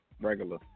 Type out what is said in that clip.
Regular